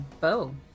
bow